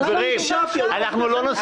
שנייה, רגע, אתם לא נותנים לי לסיים.